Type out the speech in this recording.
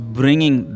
bringing